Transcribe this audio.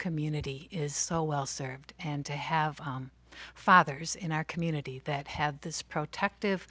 community it is so well served and to have fathers in our community that have this protective